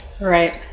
right